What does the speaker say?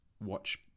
watch